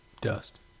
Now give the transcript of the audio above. dust